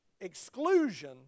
exclusion